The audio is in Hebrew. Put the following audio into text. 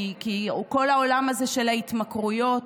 כי כל העולם הזה של התמכרויות